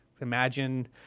Imagine